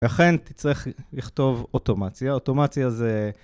ואכן תצטרך לכתוב אוטומציה, אוטומציה זה...